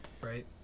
right